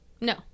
No